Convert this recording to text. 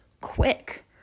quick